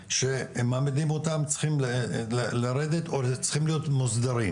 שמעמידים אותם צריכים לרדת או להיות מוסדרים.